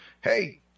Hey